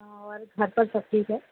اور مطلب سب ٹھیک ہے